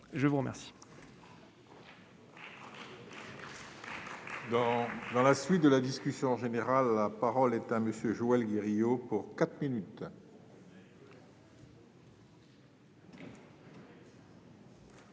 Je vous remercie